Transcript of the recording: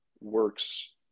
works